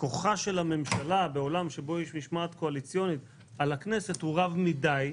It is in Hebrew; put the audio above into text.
שכוחה של הממשלה בעולם שבו יש משמעת קואליציונית על הכנסת הוא רב מדי,